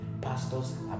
pastors